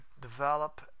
develop